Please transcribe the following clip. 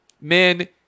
men